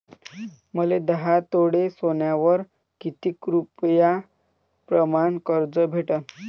मले दहा तोळे सोन्यावर कितीक रुपया प्रमाण कर्ज भेटन?